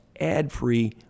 ad-free